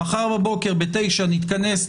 מחר בבוקר ב-09:00 נתכנס,